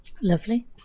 lovely